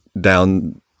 down